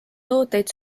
tooteid